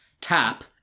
tap